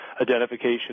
identification